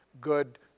good